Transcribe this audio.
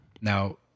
now